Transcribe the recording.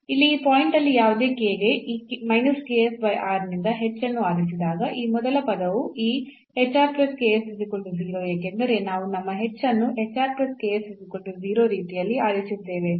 ಇಲ್ಲಿ ಈ ಪಾಯಿಂಟ್ ಅಲ್ಲಿ ಯಾವುದೇ k ಗೆ ಈ ನಿಂದ h ಅನ್ನು ಆರಿಸಿದಾಗ ಈ ಮೊದಲ ಪದವು ಈ ಏಕೆಂದರೆ ನಾವು ನಮ್ಮ h ಅನ್ನು ರೀತಿಯಲ್ಲಿ ಆರಿಸಿದ್ದೇವೆ